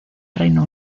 reino